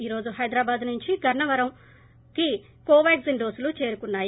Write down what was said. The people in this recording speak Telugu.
ఈరోజు హైదరాబాద్ నుంచి గన్నవరానికి కొవాగ్టిన్ డోసులు చేరుకున్నాయి